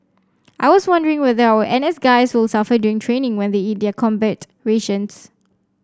I was wondering whether our N S guys will suffer during training when they eat the combat rations